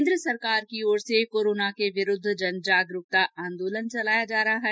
केन्द्र सरकार की ओर से कोरोना के विरूद्व जन जागरूकता आंदोलन चलाया जा रहा है